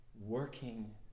working